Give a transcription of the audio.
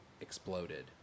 exploded